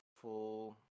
full